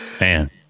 Man